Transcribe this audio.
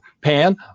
pan